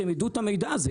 שיידעו את המידע הזה.